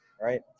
Right